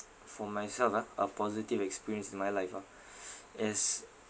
for myself ah a positive experience in my life ah is